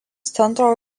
centro